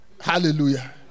Hallelujah